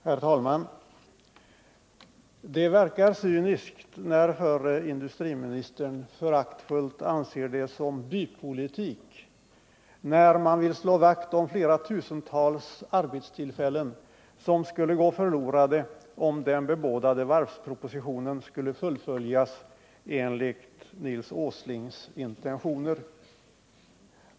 Herr talman! Det verkar cyniskt, när förre industriministern föraktfullt anser det såsom bypolitik, då man vill slå vakt om flera tusental arbetstillfällen, som skulle gå förlorade om den bebådade varvspropositionen fullföljs enligt Nils Åslings intentioner.